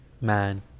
man